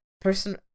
person